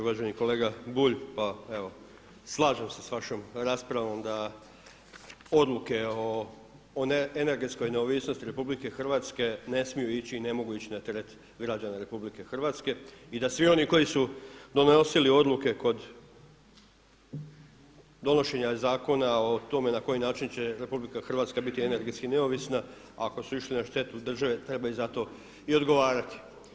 Uvaženi kolega Bulj, pa evo slažem se sa vašom raspravom da odluke o energetskoj neovisnosti RH ne smiju ići i ne mogu ići na teret građana RH i da svi oni koji su donosili odluke kod donošenja zakona o tome na koji način će RH biti energetski neovisna ako su išli na štetu države trebaju za to i odgovarati.